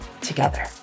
together